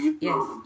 Yes